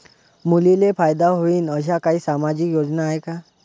मुलींले फायदा होईन अशा काही सामाजिक योजना हाय का?